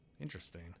interesting